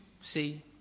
See